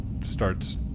starts